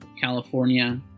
California